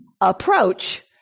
approach